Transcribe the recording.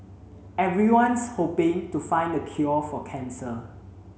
everyone's hoping to find a cure for cancer